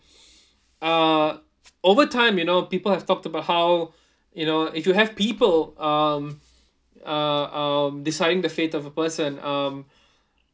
uh over time you know people have talked about how you know if you have people um uh um deciding the fate of a person um